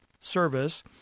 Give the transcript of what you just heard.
service